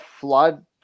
flood